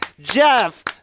Jeff